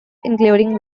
including